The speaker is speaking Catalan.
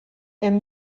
hem